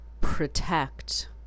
protect